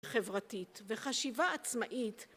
חברתית וחשיבה עצמאית